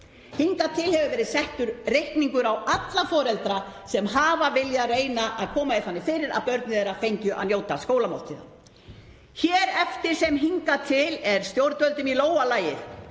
Hingað til hefur verið sendur reikningur á alla foreldra sem hafa viljað reyna koma því þannig fyrir að börn þeirra fengju að njóta skólamáltíða. Hér eftir sem hingað til er stjórnvöldum í lófa lagið